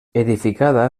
edificada